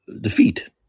defeat